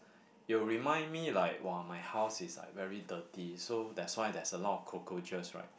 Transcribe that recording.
it will remind me like !wah! my house is like very dirty so that's why there is a lot of cockroaches right